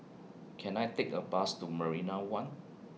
Can I Take A Bus to Marina one